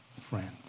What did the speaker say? friends